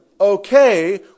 Okay